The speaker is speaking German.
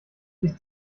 sich